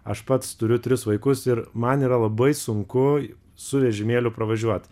aš pats turiu tris vaikus ir man yra labai sunku su vežimėliu pravažiuot